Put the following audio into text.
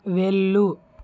వెళ్ళు